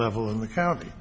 level in the county